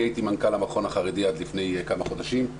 הייתי מנכ"ל המכון החרדי עד לפני כמה חודשים.